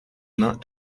not